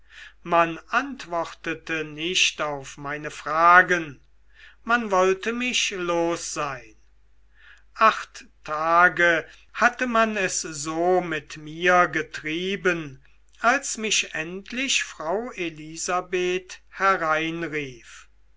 man antwortete nicht auf meine fragen man wollte mich los sein acht tage hatte man es so mit mir getrieben als mich endlich frau elisabeth hereinrief